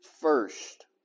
first